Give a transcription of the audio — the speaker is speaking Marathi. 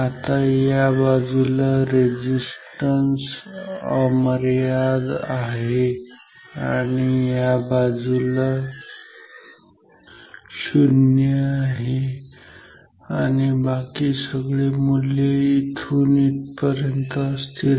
आता या बाजूला रेझिस्टन्स अमर्याद ∞ आहे आणि या बाजूला 0 आहे आणि बाकी सगळे मूल्य येथून इथपर्यंत असतील